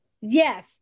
Yes